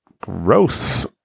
Gross